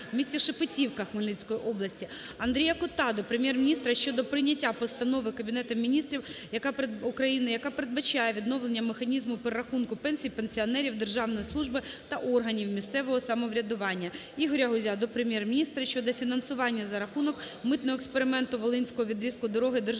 в місті Шепетівка Хмельницької області. Андрія Кота до Прем'єр-міністра щодо прийняття постанови Кабінетом Міністрів України, яка передбачає відновлення механізму перерахунку пенсій пенсіонерів державної служби та органів місцевого самоврядування. Ігоря Гузя до Прем'єр-міністра щодо фінансування за рахунок "митного експерименту" волинського відрізку дороги державного